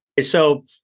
So-